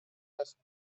leslie